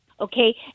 okay